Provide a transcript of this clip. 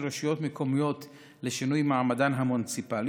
רשויות מקומיות לשינוי מעמדן המוניציפלי,